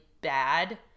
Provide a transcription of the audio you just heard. bad